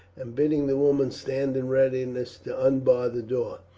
and bidding the woman stand in readiness to unbar the door.